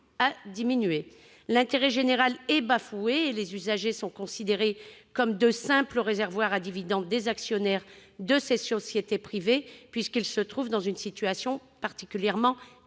L'intérêt général est bafoué et les usagers sont considérés comme de simples réservoirs à dividendes pour les actionnaires de ces sociétés privées, puisqu'ils se trouvent dans une situation particulièrement captive.